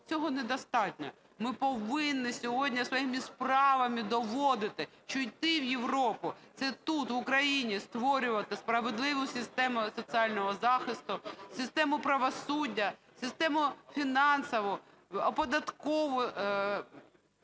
цього недостатньо. Ми повинні сьогодні своїми справами доводити, що йти в Європу – це тут, в Україні, створювати справедливу систему соціального захисту, систему правосуддя, систему фінансову, податкову,